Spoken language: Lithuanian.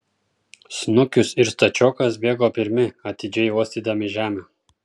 snukius ir stačiokas bėgo pirmi atidžiai uostydami žemę